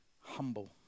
humble